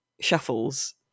shuffles